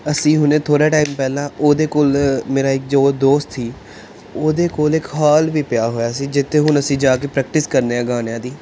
ਅਸੀਂ ਹੁਣੇ ਥੋੜ੍ਹਾ ਟਾਈਮ ਪਹਿਲਾਂ ਉਹਦੇ ਕੋਲ ਮੇਰਾ ਇੱਕ ਜੋ ਦੋਸਤ ਸੀ ਉਹਦੇ ਕੋਲ ਇੱਕ ਹਾਲ ਵੀ ਪਿਆ ਹੋਇਆ ਸੀ ਜਿੱਥੇ ਹੁਣ ਅਸੀਂ ਜਾ ਕੇ ਪ੍ਰੈਕਟਿਸ ਕਰਦੇ ਹਾਂ ਗਾਣਿਆਂ ਦੀ